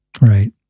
Right